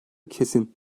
kesin